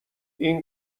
این